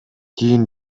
кийин